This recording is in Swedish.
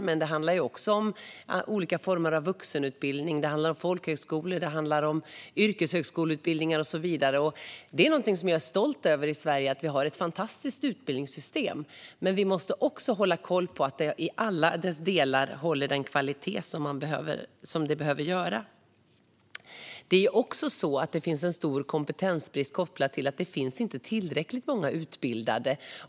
Men det handlar också om olika former av vuxenutbildning, folkhögskolor, yrkeshögskoleutbildningar och så vidare. Att vi har ett fantastiskt utbildningssystem i Sverige är någonting som jag är stolt över. Men vi måste också hålla koll på att det i alla dess delar håller den kvalitet som det behöver ha. Det finns också en stor kompetensbrist kopplat till att det inte finns tillräckligt många utbildade.